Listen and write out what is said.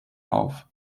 auf